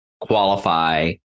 qualify